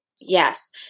Yes